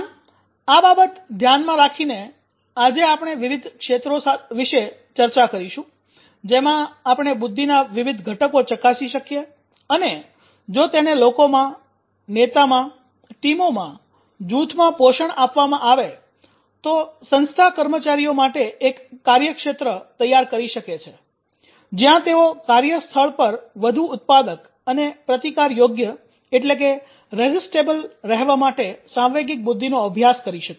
આમ આ બાબત ધ્યાનમાં રાખીને આજે આપણે વિવિધ ક્ષેત્રો વિશે ચર્ચા કરીશું જેમાં આપણે બુદ્ધિના વિવિધ ઘટકો ચકાસી શકીએ અને જો તેને લોકોમાં નેતામાં ટીમોમાં જૂથમાં પોષણ આપવામાં આવે તો સંસ્થા કર્મચારીઓ માટે એક મંચકાર્યક્ષેત્ર તૈયાર કરી શકે છે જ્યાં તેઓ કાર્યસ્થળ પર વધુ ઉત્પાદક અને પ્રતિકારયોગ્ય રહેવા માટે સાંવેગિક બુદ્ધિનો અભ્યાસ કરી શકે